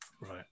Right